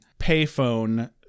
payphone